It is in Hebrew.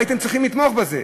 הייתם צריכים לתמוך בזה.